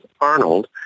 Arnold